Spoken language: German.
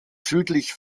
südlich